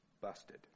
busted